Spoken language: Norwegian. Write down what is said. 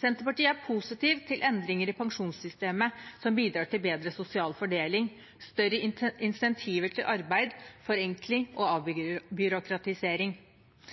Senterpartiet er positive til endringer i pensjonssystemet når de bidrar til bedre sosial fordeling, større insentiver til arbeid, forenkling og